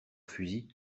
fusils